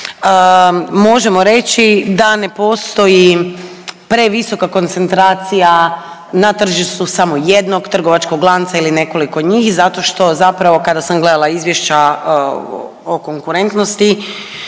možemo reći da ne postoji previsoka koncentracija na tržištu samo jednog trgovačkog lanca ili nekoliko njih zato što zapravo kada sam gledala izvješća o konkurentnosti,